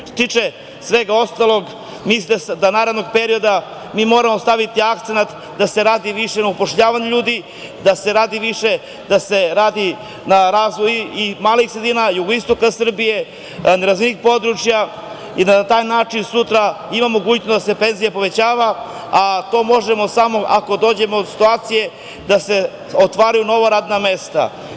Što se tiče svega ostalog, mislim da u narednom periodu mi moramo staviti akcenat da se radi više na upošljavanju ljudi, da se radi više na razvoju malih sredina, jugoistoka Srbije, nerazvijenih područja i da na taj način sutra imamo mogućnosti da se penzije povećavaju, a to možemo samo ako dođemo u situaciju da se otvaraju nova radna mesta.